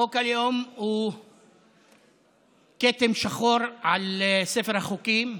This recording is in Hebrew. חוק הלאום הוא כתם שחור בספר החוקים,